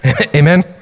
Amen